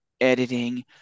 editing